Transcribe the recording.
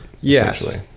yes